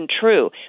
true